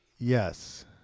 Yes